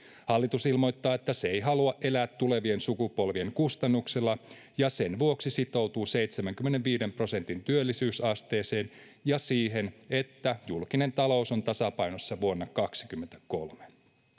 hallitus ilmoittaa että se ei halua elää tulevien sukupolvien kustannuksella ja sen vuoksi sitoutuu seitsemänkymmenenviiden prosentin työllisyysasteeseen ja siihen että julkinen talous on tasapainossa vuonna kaksikymmentäkolme